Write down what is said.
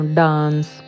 dance